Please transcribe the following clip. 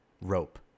rope